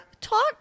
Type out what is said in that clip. talk